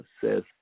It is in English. says